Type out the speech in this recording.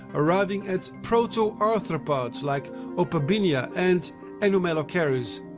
arriving at proto-arthropods like opabinia and anomalocaris.